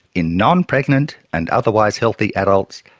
in non-pregnant and otherwise healthy adults,